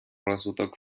розвиток